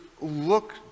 look